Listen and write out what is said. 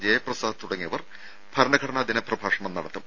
ജയപ്രസാദ് തുടങ്ങിയവർ ഭരണഘടനാ ദിന പ്രഭാഷണം നടത്തും